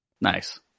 Nice